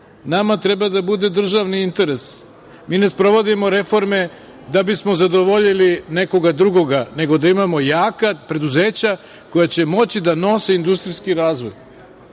nama treba da bude državni interes, mi ne sprovodimo reforme da bismo zadovoljili nekog drugoga, nego da imamo jaka preduzeća koja će moći da nose industrijski razvoj.